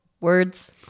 Words